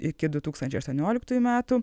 iki du tūkstančiai aštuonioliktųjų metų